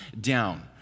down